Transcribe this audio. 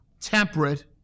temperate